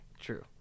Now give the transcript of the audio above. true